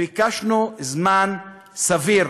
ביקשנו זמן סביר